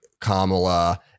Kamala